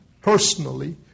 personally